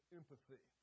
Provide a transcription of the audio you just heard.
empathy